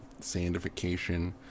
Sandification